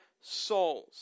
souls